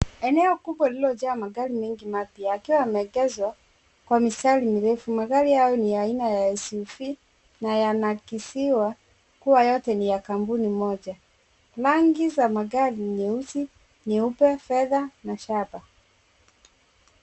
Eneo kubwa lililojaa magari mengi mapya yakiwa yameegezwa kwa mistari mirefu. Magari hayo ni aina ya SUV na yanaakisiwa kuwa yote ni ya kampuni moja. Rangi za magari ni nyeusi, nyeupe, fedha na shaba.